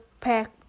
pack